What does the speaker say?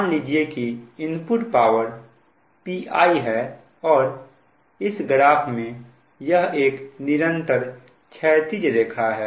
मान लीजिए कि इनपुट पावर Pi है और इस ग्राफ में यह एक निरंतर क्षैतिज रेखा है